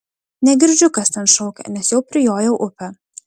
negirdžiu kas ten šaukia nes jau prijojau upę